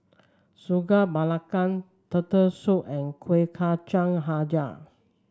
Sagu Melaka Turtle Soup and Kuih Kacang hijau